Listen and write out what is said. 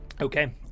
Okay